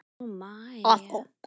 awful